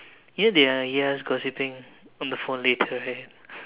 you know they can hear us gossiping on the phone later right